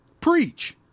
preach